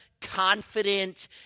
confident